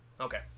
Okay